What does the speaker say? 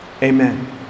Amen